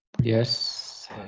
yes